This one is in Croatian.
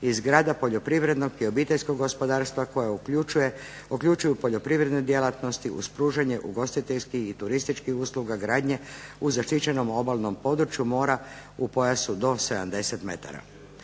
i zgrada poljoprivrednog i obiteljskog gospodarstva koja uključuju poljoprivredne djelatnosti uz pružanje ugostiteljskih i turističkih usluga gradnje u zaštićenom obalnom području mora u pojasu do 70 metara.